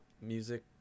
Music